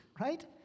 right